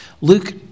Luke